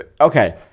Okay